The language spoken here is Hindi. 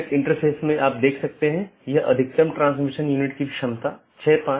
2 अपडेट मेसेज राउटिंग जानकारी को BGP साथियों के बीच आदान प्रदान करता है